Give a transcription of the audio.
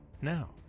Now